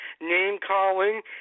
name-calling